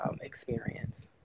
experience